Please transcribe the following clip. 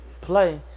play